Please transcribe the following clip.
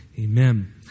Amen